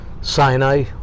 Sinai